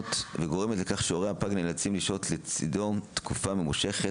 והיא גורמת לכך שהורי הפג נאלצים לשהות לצדו תקופה ממושכת,